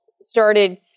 started